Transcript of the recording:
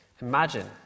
Imagine